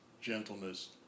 gentleness